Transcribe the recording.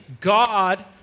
God